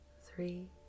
Three